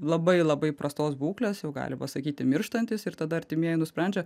labai labai prastos būklės jau galima sakyti mirštantys ir tada artimieji nusprendžia